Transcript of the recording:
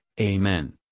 Amen